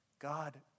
God